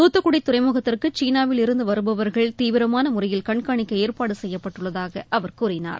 துத்துக்குடி துறைமுகத்திற்கு சீனாவில் இருந்து வருபவர்கள் தீவிரமான முறையில் கண்காணிக்க ஏற்பாடு செய்யப்பட்டுள்ளதாக அவர் கூறினார்